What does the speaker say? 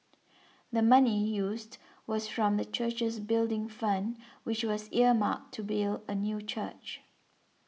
the money used was from the church's Building Fund which was earmarked to build a new church